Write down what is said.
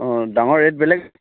অঁ ডাঙৰ ৰেট বেলেগ